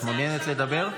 את מעוניינת לדבר?